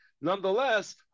Nonetheless